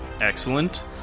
Excellent